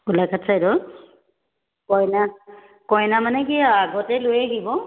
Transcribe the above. গোলাঘাট ছাইডৰ কইনা কইনা মানে কি আগতে লৈ আহিব